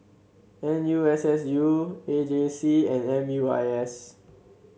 N U S S U A J C and M U I S